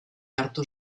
hartu